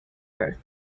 earth